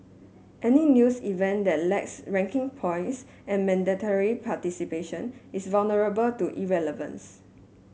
any new event that lacks ranking points and mandatory participation is vulnerable to irrelevance